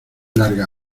larga